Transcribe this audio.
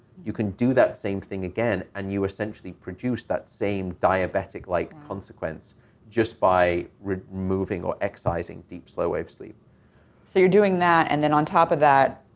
you can do that same thing again, and you essentially produce that same diabetic-like consequence just by removing or excising deep slow-wave sleep. rhonda so you're doing that, and then on top of that,